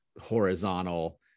horizontal